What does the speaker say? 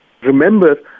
remember